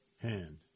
hand